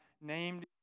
named